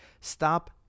stop